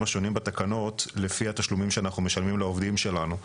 השונים בתקנות לפי התשלומים שאנחנו משלמים לעובדים שלנו.